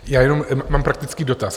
Já jenom mám praktický dotaz.